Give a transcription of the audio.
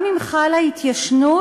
גם אם חלה התיישנות,